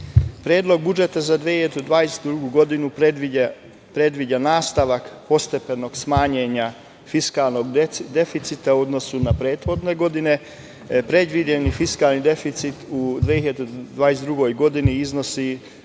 budžeta za 2022. godinu predviđa nastavak postepenog smanjenja fiskalnog deficita u odnosu na prethodne godine. predviđeni fiskalni deficit u 2022. godini iznosi